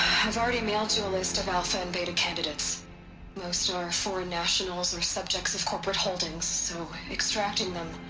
i've already mailed you a list of alpha and beta candidates most are. foreign nationals or subjects of corporate holdings, so, extracting them.